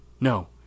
No